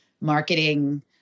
marketing